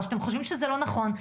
או שאתם חושבים שזה לא נכון,